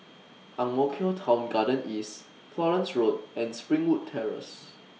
Ang Mo Kio Town Garden East Florence Road and Springwood Terrace